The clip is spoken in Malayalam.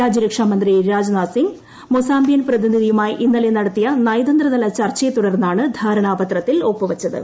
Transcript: രാജ്യരക്ഷാമന്ത്രി രാജ്നാഥ് സിങ്ങ് മൊസാർമ്പിയൻ പ്രതിനിധിയുമായി ഇന്നലെ നടത്തിയ നയതന്ത്രത്യലി തുടർന്നാണ് ധാരണാപത്രത്തിൽ ഒപ്പുവച്ചത്